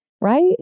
Right